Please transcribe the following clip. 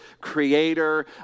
creator